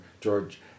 George